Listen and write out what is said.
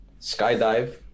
skydive